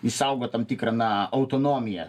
išsaugo tam tikrą na autonomiją